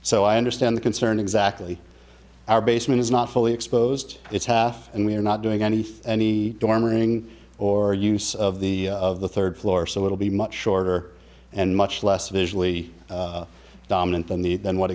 so i understand the concern exactly our basement is not fully exposed it's half and we're not doing anything any dormer going or use of the of the third floor so it'll be much shorter and much less visually dominant than the than what